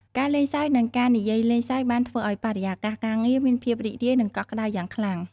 ការលេងសើចនិងការនិយាយលេងសើចបានធ្វើឲ្យបរិយាកាសការងារមានភាពរីករាយនិងកក់ក្តៅយ៉ាងខ្លាំង។